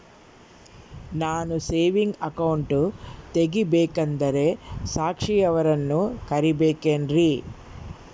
ನಾನು saving account ತೆಗಿಬೇಕಂದರ ಸಾಕ್ಷಿಯವರನ್ನು ಕರಿಬೇಕಿನ್ರಿ?